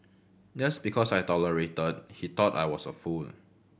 just because I tolerated he thought I was a fool